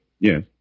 Yes